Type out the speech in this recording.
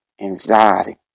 anxiety